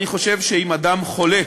אני חושב שאם אדם חולה